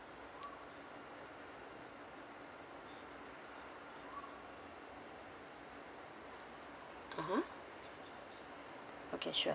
(uh huh) okay sure